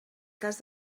cas